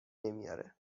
نمیاره